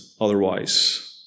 otherwise